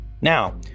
Now